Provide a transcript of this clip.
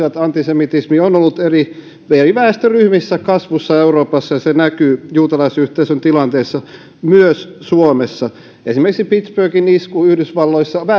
ja tutkimuksin että antisemitismi on ollut eri eri väestöryhmissä kasvussa euroopassa ja se näkyy juutalaisyhteisön tilanteessa myös suomessa esimerkiksi pittsburghin isku yhdysvalloissa